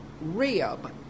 rib